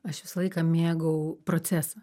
aš visą laiką mėgau procesą